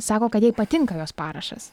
sako kad jai patinka jos parašas